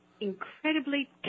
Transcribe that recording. incredibly